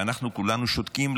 ואנחנו כולנו שותקים,